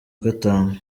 gatanu